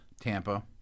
Tampa